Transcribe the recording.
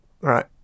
right